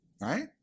right